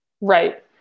Right